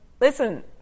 Listen